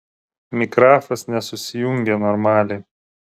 mikrafas nesusijungė normaliai